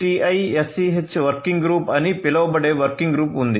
6TiSCH working group అని పిలువబడే working group ఉంది